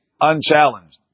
unchallenged